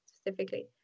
specifically